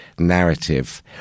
narrative